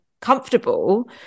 comfortable